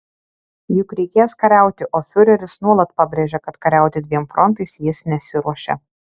juk reikės kariauti o fiureris nuolat pabrėžia kad kariauti dviem frontais jis nesiruošia